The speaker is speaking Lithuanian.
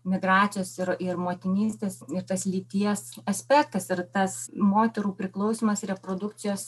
migracijos ir ir motinystės ir tas lyties aspektas ir tas moterų priklausymas reprodukcijos